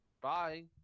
bye